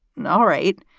and all right,